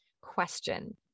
question